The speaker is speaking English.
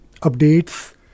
updates